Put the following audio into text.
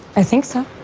i think so